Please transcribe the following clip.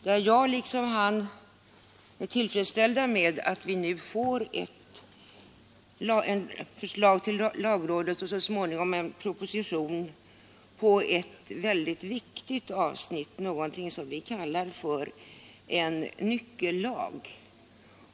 Jag är liksom han tillfredsställd med att vi nu får ett förslag till lagrådet och så småningom en proposition om ett väldigt viktigt avsnitt av samhällslivet, någonting som vi kallar för en nyckellag.